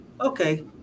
okay